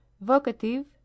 Vocative